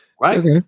Right